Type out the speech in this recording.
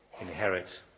inherit